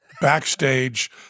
backstage